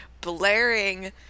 blaring